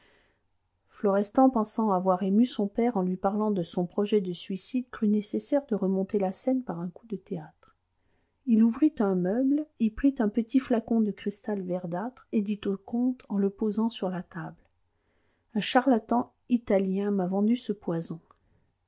florestan pensant avoir ému son père en lui parlant de son projet de suicide crut nécessaire de remonter la scène par un coup de théâtre il ouvrit un meuble y prit un petit flacon de cristal verdâtre et dit au comte en le posant sur la table un charlatan italien m'a vendu ce poison